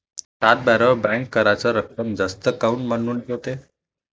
सातबाऱ्यावर बँक कराच रक्कम जास्त काऊन मांडून ठेवते?